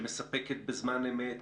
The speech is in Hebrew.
שמספקת בזמן אמת